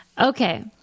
Okay